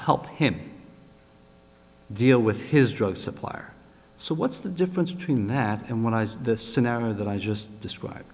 help him deal with his drug supplier so what's the difference between that and when i saw the scenario that i just described